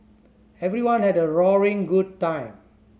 everyone had a roaring good time